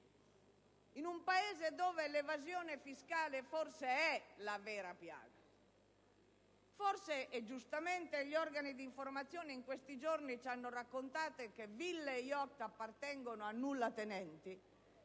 in un Paese dove l'evasione fiscale forse è la vera piaga, e giustamente gli organi di informazione in questi giorni ci hanno raccontato che ville e *yacht* appartengono a nullatenenti,